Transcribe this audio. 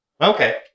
Okay